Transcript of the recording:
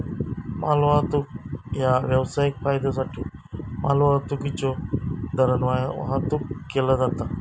मालवाहतूक ह्या व्यावसायिक फायद्योसाठी मालवाहतुकीच्यो दरान वाहतुक केला जाता